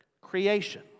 creation